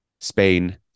Spain